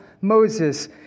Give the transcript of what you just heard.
Moses